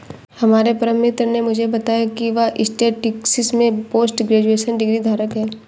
हमारे परम मित्र ने मुझे बताया की वह स्टेटिस्टिक्स में पोस्ट ग्रेजुएशन डिग्री धारक है